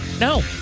No